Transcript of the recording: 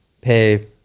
pay